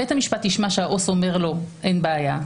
בית המשפט ישמע שהעובד הסוציאלי אומר שאין בעיה,